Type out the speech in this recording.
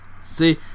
See